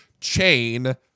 chain